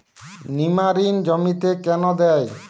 নিমারিন জমিতে কেন দেয়?